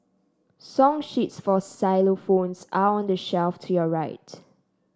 song sheets for xylophones are on the shelf to your right